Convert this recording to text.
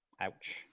Ouch